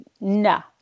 no